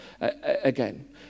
again